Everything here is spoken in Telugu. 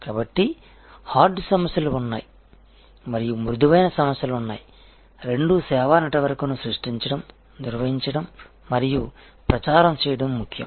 కాబట్టి హార్డ్ సమస్యలు ఉన్నాయి మరియు మృదువైన సమస్యలు ఉన్నాయి రెండూ సేవా నెట్వర్క్ను సృష్టించడం నిర్వహించడం మరియు ప్రచారం చేయడం ముఖ్యం